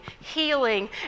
healing